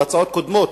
בהצעות קודמות,